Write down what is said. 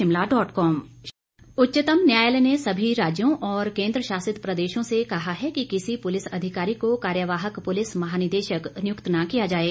उच्चतम न्यायालय पुलिस सुधार उच्चतम न्यायालय ने सभी राज्यों और केन्द्रशासित प्रदेशों से कहा है कि किसी पुलिस अधिकारी को कार्यवाहक पुलिस महानिदेशक नियुक्त न किया जाये